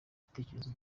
ibitekerezo